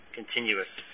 continuous